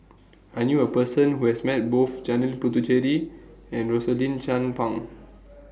I knew A Person Who has Met Both Janil Puthucheary and Rosaline Chan Pang